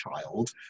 child